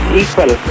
equal